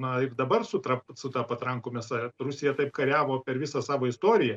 na ir dabar su trap su ta patrankų mėsa rusija taip kariavo per visą savo istoriją